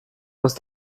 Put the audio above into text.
muss